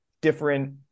different